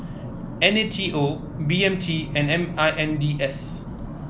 N A T O B M T and M I N D S